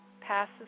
passes